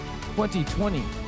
2020